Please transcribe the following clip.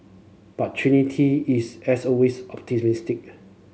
but Trinity is as always optimistic